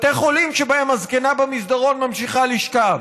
בתי חולים, שבהם הזקנה במסדרון ממשיכה לשכב.